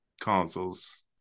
consoles